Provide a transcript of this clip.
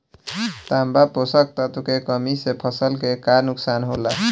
तांबा पोषक तत्व के कमी से फसल के का नुकसान होला?